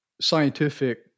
scientific